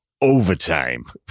overtime